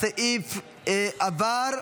הסעיף עבר.